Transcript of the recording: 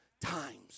Times